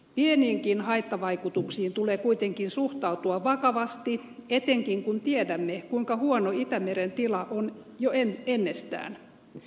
pieniinkin haittavaikutuksiin tulee kuitenkin suhtautua vakavasti etenkin kun tiedämme kuinka huono itämeren tila on jo ennestään